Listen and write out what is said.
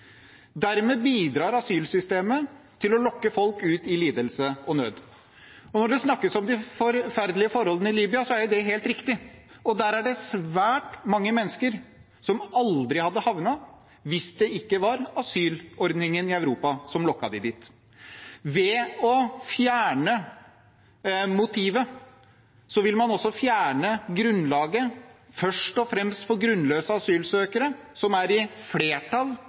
Dermed bidrar asylsystemet til å lokke folk ut i lidelse og nød. Når det snakkes om de forferdelige forholdene i Libya, er det helt riktig. Der er det svært mange mennesker som aldri hadde havnet hvis ikke asylordningen i Europa lokket dem dit. Ved å fjerne motivet vil man også fjerne grunnlaget først og fremst for grunnløse asylsøkere som er i flertall